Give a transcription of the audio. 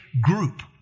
group